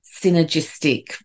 synergistic